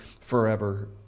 forever